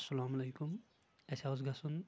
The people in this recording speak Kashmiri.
اسلامُ علیکُم اسہِ اوس گژھُن